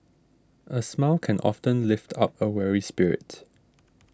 a smile can often lift up a weary spirit